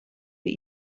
für